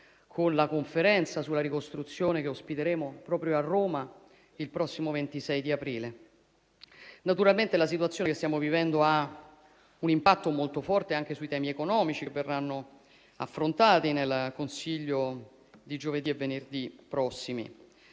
con la conferenza sulla ricostruzione che ospiteremo proprio a Roma il prossimo 26 aprile. Naturalmente la situazione che stiamo vivendo ha un impatto molto forte anche sui temi economici che verranno affrontati nel Consiglio europeo di giovedì e venerdì prossimi.